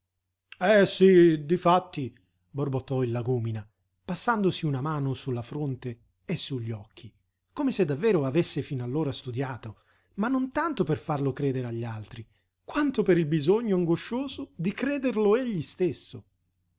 eh sí difatti borbottò il lagúmina passandosi una mano su la fronte e su gli occhi come se davvero avesse fin'allora studiato ma non tanto per farlo credere agli altri quanto per il bisogno angoscioso di crederlo egli stesso